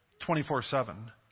24-7